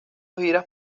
giras